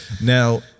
Now